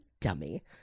dummy